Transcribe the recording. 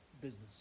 Business